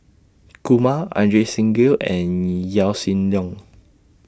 Kumar Ajit Singh Gill and Yaw Shin Leong